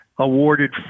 awarded